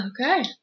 Okay